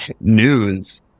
news